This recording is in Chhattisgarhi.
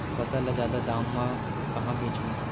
फसल ल जादा दाम म कहां बेचहु?